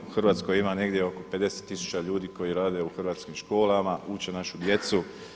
U Hrvatskoj ima negdje oko 50 tisuća ljudi koji rade u hrvatskim školama, uče našu djecu.